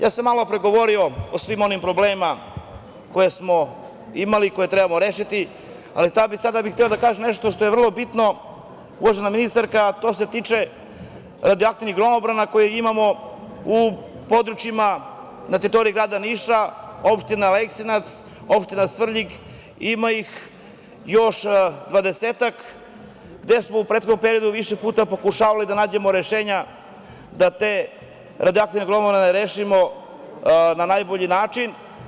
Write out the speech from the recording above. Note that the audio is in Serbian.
Malopre sam govorio o svim onim problemima koje smo imali i koje treba da rešimo, ali sada bih hteo da kažem nešto što je vrlo bitno, uvažena ministarka, to se tiče radioaktivnih gromobrana koje imamo u područjima na teritoriji grada Niša, opštine Aleksinac, opštine Svrljig, ima ih još dvadesetak, gde smo u prethodnom periodu više pota pokušavali da nađemo rešenja da te radioaktivne gromobrane rešimo na najbolji način.